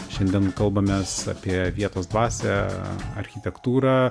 šiandien kalbamės apie vietos dvasią architektūrą